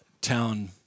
town